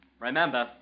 Remember